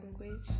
language